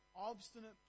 obstinate